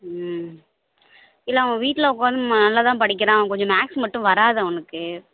ம் இல்லை அவன் வீட்டில் உட்காந்து நல்லா தான் படிக்கிறான் அவன் கொஞ்சம் மேக்ஸ் மட்டும் வராது அவனுக்கு